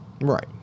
Right